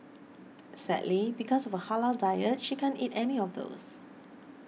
sadly because of her halal diet she can't eat any of those